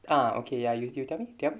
ah okay ya you tell me tell me